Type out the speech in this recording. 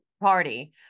Party